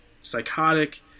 psychotic